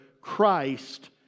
Christ